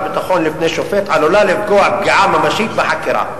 ביטחון לפני שופט עלולה לפגוע פגיעה ממשית בחקירה".